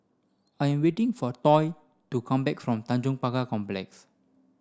I am waiting for Toy to come back from Tanjong Pagar Complex